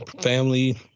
family